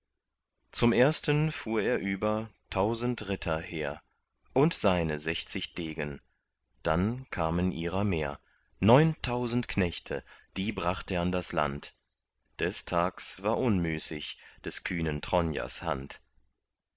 zum ersten fuhr er über tausend ritter hehr und seine sechzig degen dann kamen ihrer mehr neuntausend knechte die bracht er an das land des tags war unmüßig des kühnen tronjers hand